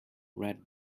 red